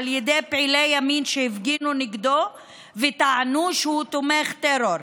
ידי פעילי ימין שהפגינו נגדו וטענו שהוא תומך טרור.